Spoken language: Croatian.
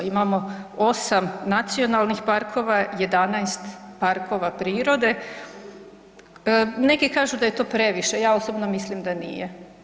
Imamo 8 nacionalnih parkova, 11 parkova prirode, neki kažu da je to previše, ja osobno mislim da nije.